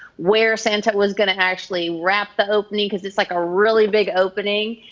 where santa was gonna actually wrap the opening cause it's, like, a really big opening.